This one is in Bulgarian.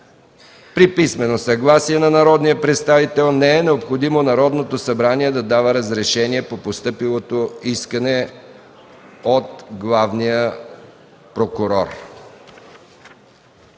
при писмено съгласие на народния представител не е необходимо Народното събрание да дава разрешение по постъпилото искане от главния прокурор.